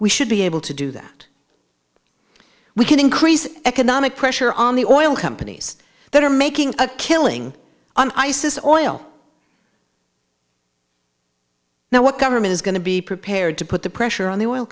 we should be able to do that we can increase economic pressure on the oil companies that are making a killing on ice is oil now what government is going to be prepared to put the pressure on the oil